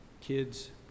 Kids